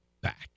back